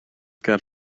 ger